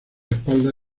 espalda